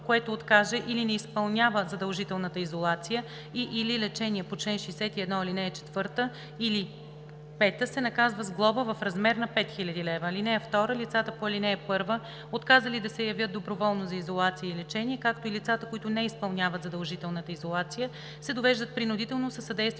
което откаже или не изпълнява задължителната изолация и/или лечение по чл. 61, ал. 4 или 5, се наказва с глоба в размер на 5000 лв. (2) Лицата по ал. 1, отказали да се явят доброволно за изолация и лечение, както и лицата, които не изпълняват задължителната изолация, се довеждат принудително със съдействието